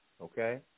okay